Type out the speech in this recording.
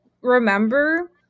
Remember